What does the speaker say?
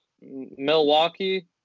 Milwaukee